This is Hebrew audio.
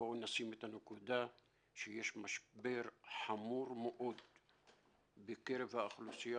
בואו נשים את הנקודה שיש משבר חמור מאוד בקרב האוכלוסייה